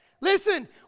Listen